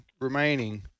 remaining